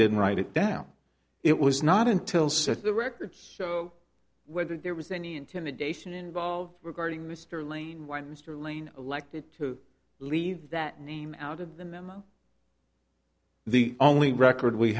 didn't write it down it was not until set the records whether there was any intimidation involved regarding mr lane when mr lane elected to leave that name out of the memo the only record we